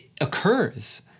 occurs